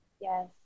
Yes